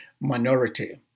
minority